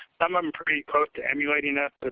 them um pretty close to emulating us. but